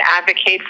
advocate